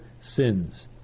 sins